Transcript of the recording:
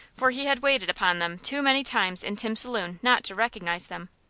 for he had waited upon them too many times in tim's saloon not to recognize them.